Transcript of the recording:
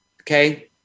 okay